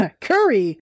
Curry